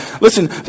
Listen